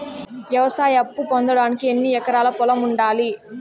వ్యవసాయ అప్పు పొందడానికి ఎన్ని ఎకరాల పొలం ఉండాలి?